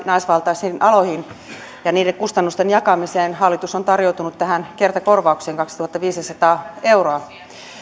naisvaltaisten alojen työnantajiin ja niiden kustannusten jakamiseen hallitus on tarjonnut tähän kertakorvauksen kaksituhattaviisisataa euroa